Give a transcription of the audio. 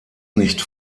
nicht